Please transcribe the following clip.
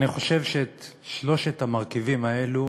אני חושב שאת שלושת המרכיבים האלו